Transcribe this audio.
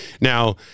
now